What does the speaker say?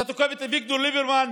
אתה תוקף את אביגדור ליברמן,